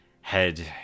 head